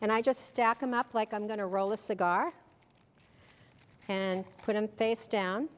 and i just stack them up like i'm going to roll a cigar and put them face down